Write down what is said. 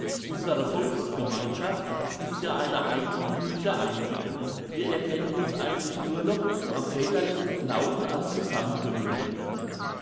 unsere volksgemeinschaft ist ja eine eigenthümliche einzige wir erkennen uns eigentlich nur noch am väterlichen glauben als